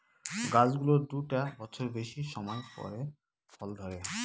গাছ গুলোর দুটা বছরের বেশি সময় পরে ফল ধরে